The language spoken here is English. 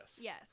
Yes